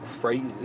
crazy